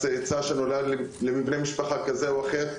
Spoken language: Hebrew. צאצא שנולד מבני משפחה כזה או אחר.